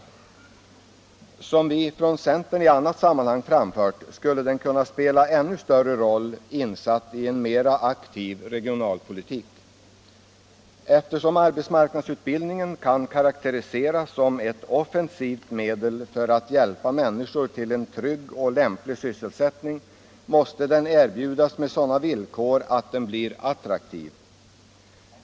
Som vi från centern i annat sammanhang framfört skulle den kunna spela ännu större roll insatt i en mera aktiv regionalpolitik. 147 Eftersom AMU-utbildningen kan karakteriseras som ett offensivt medel för att hjälpa människor till en trygg och lämplig sysselsättning, måste den erbjudas med sådana villkor att den blir attraktiv.